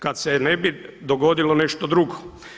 Kada se ne bi dogodilo nešto drugo.